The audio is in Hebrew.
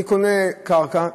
אני קונה קרקע,